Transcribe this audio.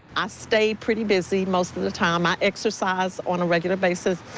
i stay pretty busy most of the time. i exercise on a regular basis.